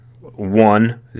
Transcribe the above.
one